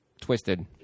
twisted